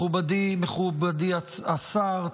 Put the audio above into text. מכובדי השר,